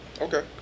Okay